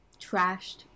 trashed